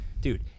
Dude